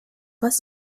pas